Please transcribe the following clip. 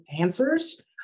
answers